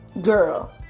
girl